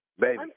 Baby